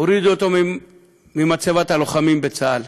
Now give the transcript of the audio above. הורידו אותו ממצבת הלוחמים בצה"ל